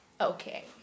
Okay